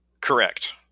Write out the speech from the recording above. Correct